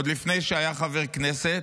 עוד לפני שהיה חבר כנסת,